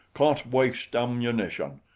can't waste ammunition.